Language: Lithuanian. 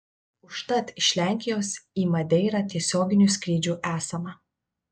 užtat iš lenkijos į madeirą tiesioginių skrydžių esama